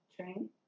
train